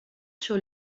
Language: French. sur